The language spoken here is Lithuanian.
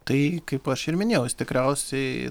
tai kaip aš ir minėjau jis tikriausiai